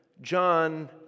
John